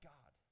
God